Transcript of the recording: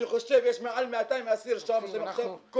אני חושב שיש מעל 200 אסיר שם --- אנחנו